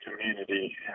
community